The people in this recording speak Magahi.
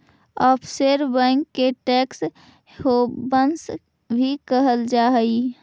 ऑफशोर बैंक के टैक्स हैवंस भी कहल जा हइ